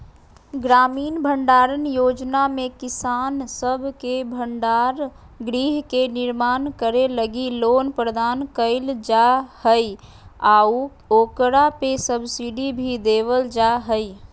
ग्रामीण भंडारण योजना में किसान सब के भंडार गृह के निर्माण करे लगी लोन प्रदान कईल जा हइ आऊ ओकरा पे सब्सिडी भी देवल जा हइ